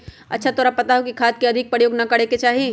अच्छा तोरा पता हाउ खाद के अधिक प्रयोग ना करे के चाहि?